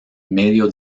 medio